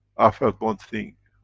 i felt one thing,